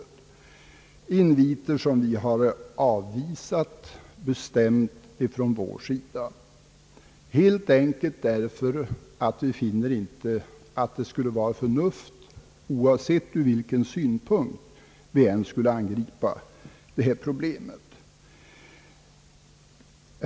Dessa inviter har vi bestämt avvisat, helt enkelt därför att det inte skulle vara förnuftigt att få dylika restriktioner, oavsett från vilken synpunkt man än angriper problemet.